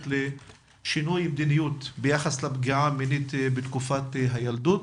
לשינוי מדיניות ביחס לפגיעה המינית בתקופת הילדות.